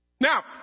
Now